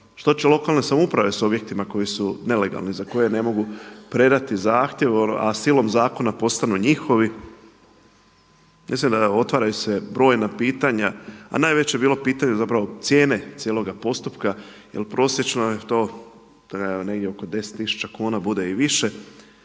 Što će lokalne samouprave s objektima koji su nelegalni, za koje ne mogu predati zahtjev a silom zakona postanu njihovi? Mislim da otvaraju se brojna pitanja a najveće je bilo pitanje zapravo cijene cijeloga postupka jer prosječno je to negdje oko 10 tisuća kuna, bude i više.